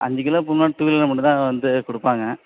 அஞ்சு கிலோ பத்து கிலோன்னால் மட்டும்தான் வந்து கொடுப்பாங்க